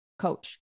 coach